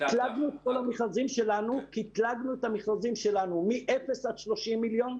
קטלגנו את המכרזים שלנו מאפס עד 30 מיליון,